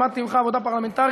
למדתי ממך עבודה פרלמנטרית.